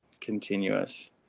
continuous